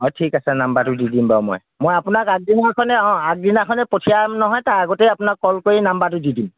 অঁ ঠিক আছে নাম্বাৰটো দি দিম বাৰু মই মই আপোনাক আগদিনাখনেই অঁ আগদিনাখনেই পঠিয়াম নহয় তাৰ আগতে আপোনাক ক'ল কৰি নাম্বাৰটো দি দিম